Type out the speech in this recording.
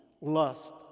lust